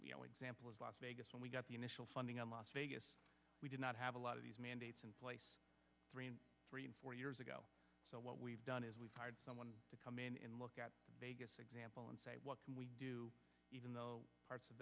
you know example as las vegas when we got the initial funding on las vegas we did not have a lot of these mandates in place three and four years ago so what we've done is we've hired someone to come in and look at vegas example and say what can we do even the parts